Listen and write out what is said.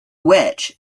which